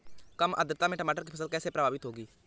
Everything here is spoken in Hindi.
कम आर्द्रता में टमाटर की फसल कैसे प्रभावित होगी?